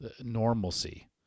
normalcy